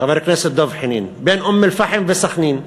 חבר הכנסת דב חנין, בין אום-אלפחם לסח'נין.